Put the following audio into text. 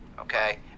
Okay